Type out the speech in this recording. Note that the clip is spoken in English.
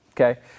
Okay